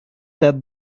that